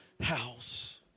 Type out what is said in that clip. house